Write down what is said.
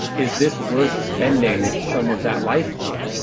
is this worth spending some of that life on?